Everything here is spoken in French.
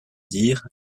dires